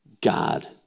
God